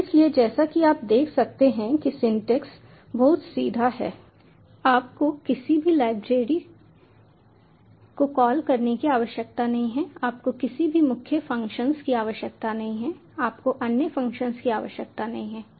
इसलिए जैसा कि आप देख सकते हैं कि सिंटेक्स बहुत सीधा है आपको किसी भी लाइब्रेरी को कॉल करने की आवश्यकता नहीं है आपको किसी भी मुख्य फ़ंक्शन की आवश्यकता नहीं है आपको अन्य फ़ंक्शन की आवश्यकता नहीं है